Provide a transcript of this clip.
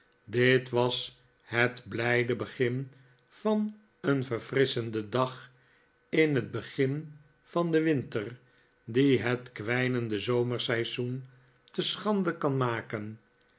dit was het blijde begin van een verfrisschenden dag in het begin van den winter die het kwijnende zomerseizoen te schande kan maken